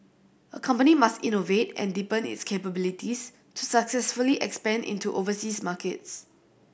a company must innovate and deepen its capabilities to successfully expand into overseas markets